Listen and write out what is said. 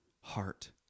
heart